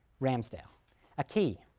ramsdale a key,